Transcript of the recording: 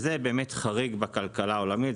זה באמת חריג בכלכלה העולמית.